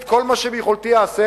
את כל מה שביכולתי אעשה,